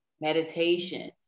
meditation